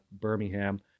Birmingham